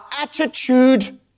attitude